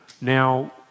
Now